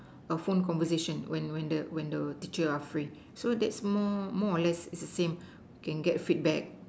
phone conversation when when the when the teacher are free so that's more more or less it's the same we can get feedback